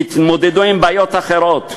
תתמודדו עם בעיות אחרות.